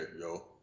yo